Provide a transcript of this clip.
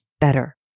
better